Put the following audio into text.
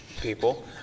people